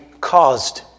caused